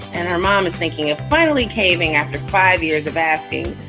and our mom is thinking of finally caving after five years of asking,